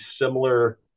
similar